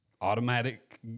automatic